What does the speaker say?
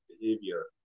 behavior